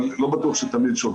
אבל לא בטוח שתמיד שולטים.